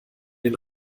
den